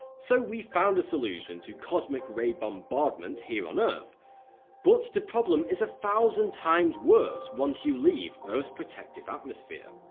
so we've found a solution to cosmic ray bombardment here on earth but the problem is a thousand times worse once you leave earth's protective atmostphere.